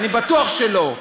אני בטוח שלא.